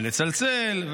ולצלצל,